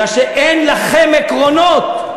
כי אין לכם עקרונות,